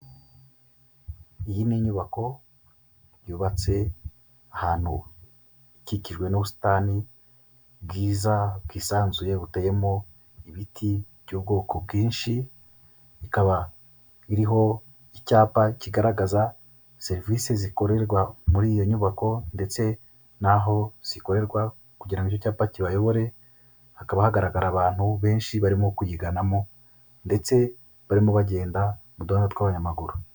Iyi ni inyubako yubatse ahantu ikikijwe n'ubusitani bwiza, bwisanzuye, buteyemo ibiti by'ubwoko bwinshi, ikaba iriho icyapa kigaragaza serivisi zikorerwa muri iyo nyubako, ndetse naho zikorerwa kugira ngo icyo cyapa kibayobore, hakaba hagaragara abantu benshi barimo kuyiganamo, ndetse barimo bagenda mu duhanda tw'abanyamaguru.